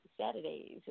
saturdays